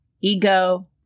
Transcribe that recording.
ego